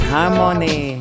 Harmony